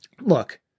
look